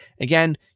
Again